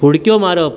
उडक्यो मारप